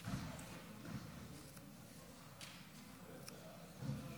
אבל היה משרד בשם המשרד לשוויון